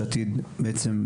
שעתיד בעצם,